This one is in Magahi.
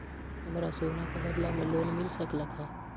हमरा सोना के बदला में लोन मिल सकलक ह?